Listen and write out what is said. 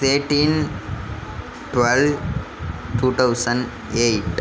thirteen twelve two thousand eight